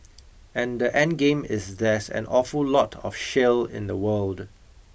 and the endgame is there's an awful lot of shale in the world